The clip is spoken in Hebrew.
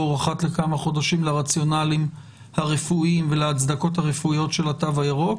אחת לכמה חודשים לרציונלים הרפואיים ולהצדקות הרפואיות של התו הירוק